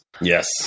Yes